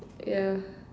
yeah